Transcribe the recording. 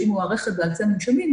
שהיא מוערכת באלפי מונשמים,